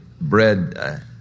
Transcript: bread